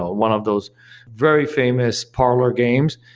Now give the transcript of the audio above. ah one of those very famous parlor games.